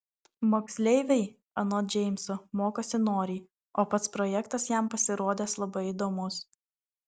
moksleiviai anot džeimso mokosi noriai o pats projektas jam pasirodęs labai įdomus